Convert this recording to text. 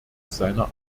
seiner